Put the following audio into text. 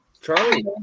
Charlie